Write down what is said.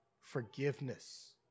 forgiveness